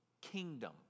kingdom